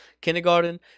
kindergarten